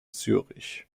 zürich